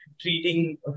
treating